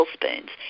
tablespoons